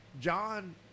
John